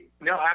No